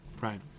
right